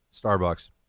Starbucks